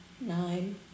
Nine